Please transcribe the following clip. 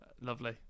Lovely